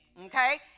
Okay